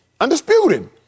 undisputed